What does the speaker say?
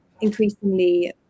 increasingly